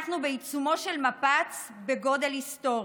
אנחנו בעיצומו של מפץ בגודל היסטורי,